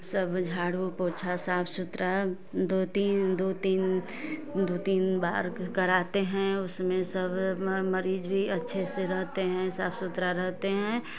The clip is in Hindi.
सब झाड़ू पोछा साफ सुथरा दो तीन दो तीन दो तीन बार कराते हैं उसमें सब मर मरीज भी अच्छे से रहते है साफ सुथरा रहते हैं